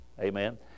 amen